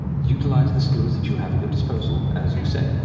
utilize the skills that you have at your disposal, as you say,